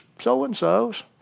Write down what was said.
so-and-so's